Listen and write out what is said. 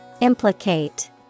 Implicate